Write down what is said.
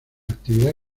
actividad